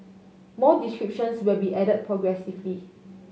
more descriptions will be added progressively